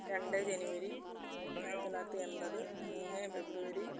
രണ്ട് ജനുവരി ആയിരത്തി തൊള്ളായിരത്തി എൺപത് മൂന്ന് ഫെബ്രുവരി